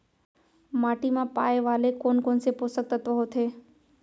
माटी मा पाए वाले कोन कोन से पोसक तत्व होथे?